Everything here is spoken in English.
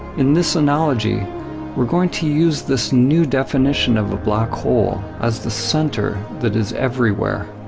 in this analogy we're going to use this new definition of a black hole as the center that is everywhere.